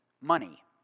money